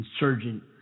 insurgent